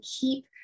keep